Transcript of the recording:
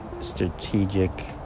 strategic